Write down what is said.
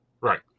Right